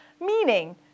meaning